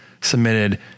submitted